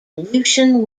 aleutian